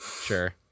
Sure